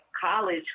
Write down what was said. college